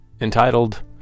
entitled